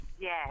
yes